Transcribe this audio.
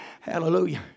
Hallelujah